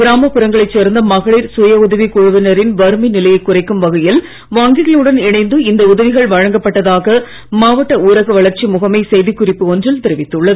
கிராமப்புறங்களைச் சேர்ந்த மகளிர் சுய உதவிக்குழுவினரின் வறுமை நிலையை குறைக்கும் வகையில் வங்கிகளுடன் இணைந்து இந்த உதவிகள் வழங்கப்பட்டதாக மாவட்ட ஊரக வளர்ச்சி முகமை செய்திக் குறிப்பு ஒன்றில் தெரிவித்துள்ளது